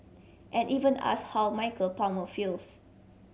and even asked how Michael Palmer feels